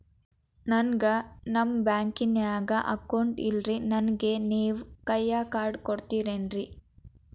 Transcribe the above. ನನ್ಗ ನಮ್ ಬ್ಯಾಂಕಿನ್ಯಾಗ ಅಕೌಂಟ್ ಇಲ್ರಿ, ನನ್ಗೆ ನೇವ್ ಕೈಯ ಕಾರ್ಡ್ ಕೊಡ್ತಿರೇನ್ರಿ?